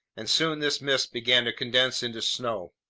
and soon this mist began to condense into snow.